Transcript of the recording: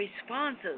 responses